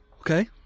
Okay